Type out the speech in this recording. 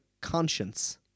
conscience